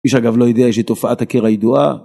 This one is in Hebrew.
כאן קובי תעצור את זה שוב